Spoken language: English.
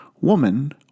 Woman